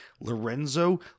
Lorenzo